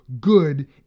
good